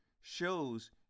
shows